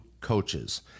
coaches